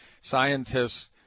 scientists